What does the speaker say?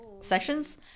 sessions